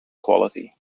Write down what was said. quality